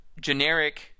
generic